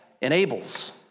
enables